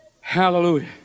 Hallelujah